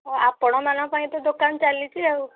ଆପଣମାନଙ୍କ ପାଇଁ ତ ଦୋକାନ ଚାଲିଛି ଆଉ